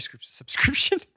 subscription